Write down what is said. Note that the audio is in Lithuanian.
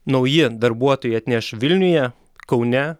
nauji darbuotojai atneš vilniuje kaune